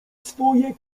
swoje